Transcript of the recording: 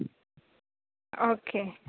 okay